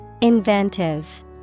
Inventive